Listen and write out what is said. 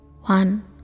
one